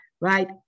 right